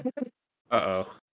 Uh-oh